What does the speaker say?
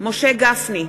משה גפני,